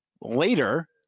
later